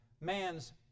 man's